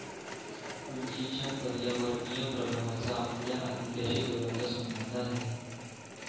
उंचीच्या पर्यावरणीय प्रभावाचा आपल्या आरोग्याशी जवळचा संबंध आहे